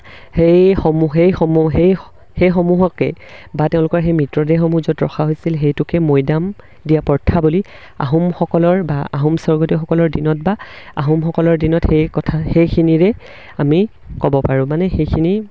সেইসমূহ সেইসমূহ সেই সেইসমূহকে বা তেওঁলোকৰ সেই মৃতদেহসমূহ য'ত ৰখা হৈছিল সেইটোকে মৈদাম দিয়া প্ৰথা বুলি আহোমসকলৰ বা আহোম স্বৰ্গদেউসকলৰ দিনত বা আহোমসকলৰ দিনত সেই কথা সেইখিনিৰে আমি ক'ব পাৰোঁ মানে সেইখিনি